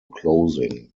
closing